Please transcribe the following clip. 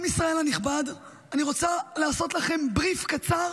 עם ישראל הנכבד, אני רוצה לעשות לכם בריף קצר